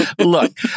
look